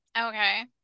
Okay